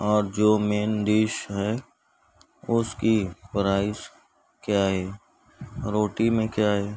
اور جو main dish ہے اس کی پرائز کیا ہے روٹی میں کیا ہے